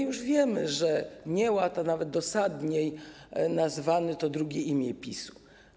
Już wiemy, że nieład, nawet dosadniej nazwany, to drugie imię PiS-u.